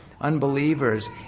unbelievers